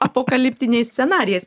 apokaliptiniais scenarijais